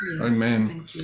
Amen